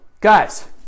guys